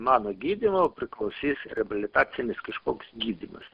mano gydymo priklausys reabilitacinis kažkoks gydymas